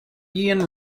ian